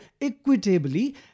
equitably